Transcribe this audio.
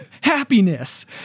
Happiness